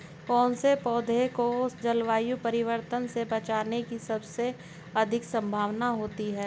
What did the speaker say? कौन से पौधे को जलवायु परिवर्तन से बचने की सबसे अधिक संभावना होती है?